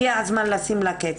הגיע הזמן לשים לה קץ.